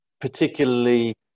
particularly